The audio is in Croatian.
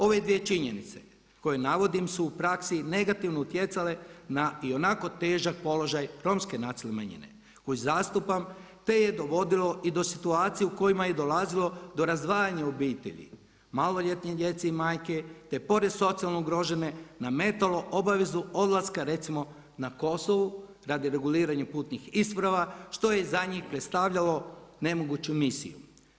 Ove dvije činjenice koje navodim su u praksi negativno utjecale na i onako težak položaj Romske nacionalne manjine koju zastupam te je dovodilo i do situacije u kojima je dolazilo do razdvajanja obitelj, maloljetne djece i majke te pored socijalno ugrožene nametalo obavezu odlaska recimo na Kosovo radi reguliranja putnih isprava što je za njih predstavljalo nemoguću misiju.